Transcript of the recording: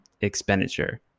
expenditure